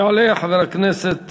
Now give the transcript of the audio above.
יעלה חבר הכנסת